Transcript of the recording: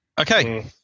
Okay